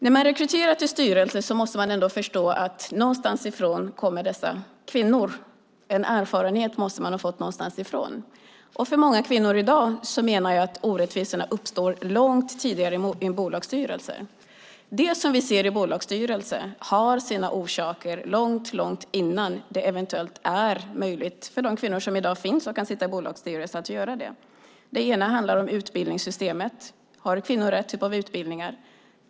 När man rekryterar till styrelser måste man förstå att någonstans ifrån kommer dessa kvinnor. De måste ha fått en erfarenhet någonstans ifrån. För många kvinnor i dag menar jag att orättvisorna uppstår långt tidigare än i bolagsstyrelserna. Det vi ser i bolagsstyrelserna har sina orsaker långt, långt innan det eventuellt är möjligt för de kvinnor som i dag finns som kan sitta i bolagsstyrelser att göra det. Det ena handlar om utbildningssystemet. Har kvinnor rätt typ av utbildningar?